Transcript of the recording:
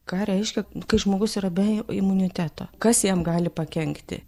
ką reiškia kai žmogus yra be imuniteto kas jam gali pakenkti